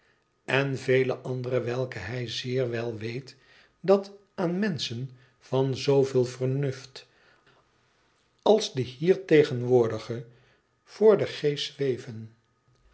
en vele andere welke hij zeer wel weet dat aan menschen van zooveel vernuft als de hier tegenwoordige voor den geest zweven